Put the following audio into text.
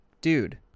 dude